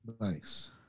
Nice